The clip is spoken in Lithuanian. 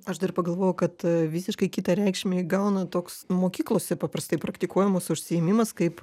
aš dar pagalvojau kad visiškai kitą reikšmę įgauna toks mokyklose paprastai praktikuojamas užsiėmimas kaip